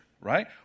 right